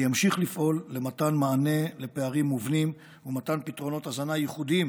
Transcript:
וימשיך לפעול למתן מענה לפערים מובנים ומתן פתרונות הזנה ייחודיים